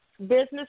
business